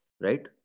right